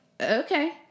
okay